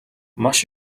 маш